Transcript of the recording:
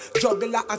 juggler